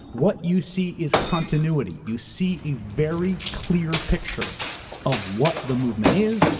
what you see is continuity. you see a very clear picture of what the movement is,